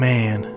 Man